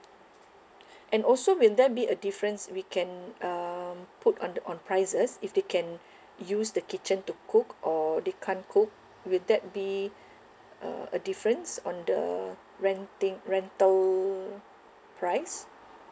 and also will there be a difference we can um put on the on prices if they can use the kitchen to cook or they can't cook will that be uh a difference on the renting rental price